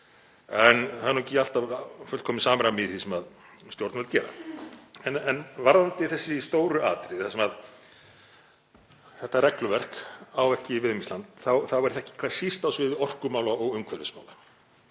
En það er ekki alltaf fullkomið samræmi í því sem stjórnvöld gera. En varðandi þessi stóru atriði þar sem þetta regluverk á ekki við um Ísland þá er það ekki hvað síst á sviði orkumála og umhverfismála